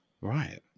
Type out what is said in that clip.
Right